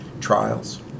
trials